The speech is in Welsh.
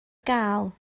gael